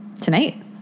Tonight